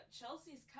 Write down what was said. Chelsea's